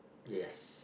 yes